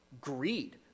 Greed